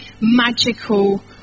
magical